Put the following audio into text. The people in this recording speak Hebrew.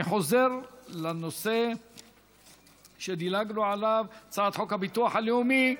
אני חוזר לנושא שדילגנו עליו: הצעת חוק הביטוח הלאומי.